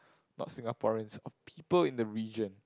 not Singaporeans of people in the region